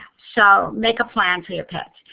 so, make a plan for your pets.